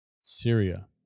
Syria